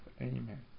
amen